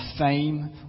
fame